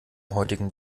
heutigen